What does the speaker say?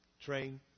Train